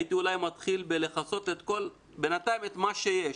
הייתי אולי מתחיל בלכסות בינתיים את מה שיש.